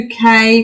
UK